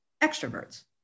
extroverts